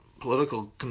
political